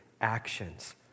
actions